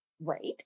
right